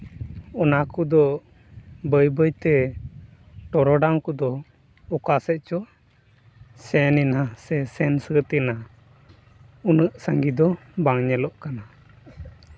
ᱚᱱᱟ ᱠᱚᱫᱚ ᱵᱟᱹᱭ ᱵᱟᱹᱭᱛᱮ ᱴᱚᱨᱚᱰᱟᱝ ᱠᱚᱫᱚ ᱚᱠᱟ ᱥᱮᱫ ᱪᱚ ᱥᱮᱱ ᱮᱱᱟ ᱥᱮ ᱥᱮᱱ ᱥᱟᱹᱛ ᱮᱱᱟ ᱩᱱᱟᱹᱜ ᱥᱟᱝᱜᱮ ᱫᱚ ᱵᱟᱝ ᱧᱮᱞᱚᱜ ᱠᱟᱱᱟ